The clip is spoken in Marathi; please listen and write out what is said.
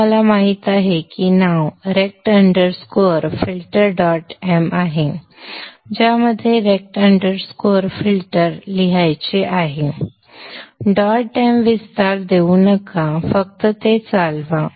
तर आम्हाला माहित आहे की नाव rect underscore filter dot M आहे ज्यामध्ये रेक्ट अंडरस्कोर फिल्टर लिहायचे आहे डॉट एम विस्तार देऊ नका फक्त ते चालवा